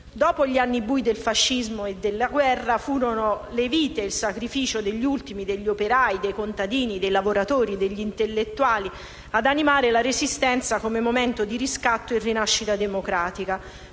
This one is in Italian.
Dopo gli anni bui del fascismo e della guerra, furono le vite e il sacrificio degli ultimi, degli operai, dei contadini, dei lavoratori, degli intellettuali, ad animare la resistenza come momento di riscatto e rinascita democratica.